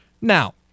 Now